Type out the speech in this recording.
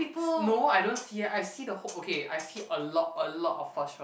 no I don't see eh I see the whole okay I see a lot a lot of Herschel